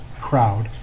crowd